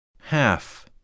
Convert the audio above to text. Half